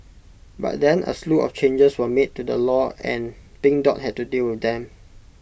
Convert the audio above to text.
but then A slew of changes were made to the law and pink dot had to deal with them